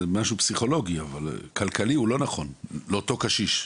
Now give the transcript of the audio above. זה משהו פסיכולוגי אבל כלכלי הוא לא נכון לאותו קשיש.